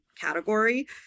category